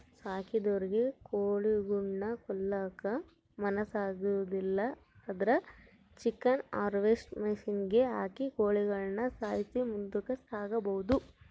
ಸಾಕಿದೊರಿಗೆ ಕೋಳಿಗುಳ್ನ ಕೊಲ್ಲಕ ಮನಸಾಗ್ಲಿಲ್ಲುದ್ರ ಚಿಕನ್ ಹಾರ್ವೆಸ್ಟ್ರ್ ಮಷಿನಿಗೆ ಹಾಕಿ ಕೋಳಿಗುಳ್ನ ಸಾಯ್ಸಿ ಮುಂದುಕ ಸಾಗಿಸಬೊದು